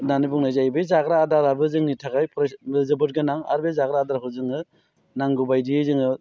होननानै बुंनाय जायो बे जाग्रा आदाराबो जोंनि थाखाय जोबोद गोनां आरो बे जाग्रा आदारखौ जोङो नांगौ बायदियै जोङो